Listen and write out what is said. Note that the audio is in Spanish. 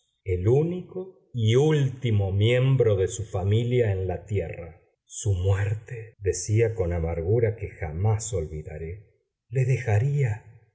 el único y último miembro de su familia en la tierra su muerte decía con amargura que jamás olvidaré le dejaría